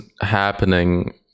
happening